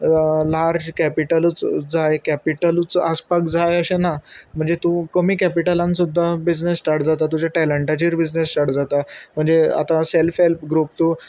large कॅपिटलूच जाय कॅपिटलूच आसपाक जाय अशें ना म्हणजे तूं कमी कॅपिटलान सुद्दा बिजनस स्टार्ट जाता तुज्या टॅलंटाचेर बिजनस स्टार्ट जाता म्हणजे आतां सॅल्फ हेल्प ग्रूप तूं